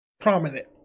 prominent